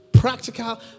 practical